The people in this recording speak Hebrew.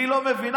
היא לא מבינה.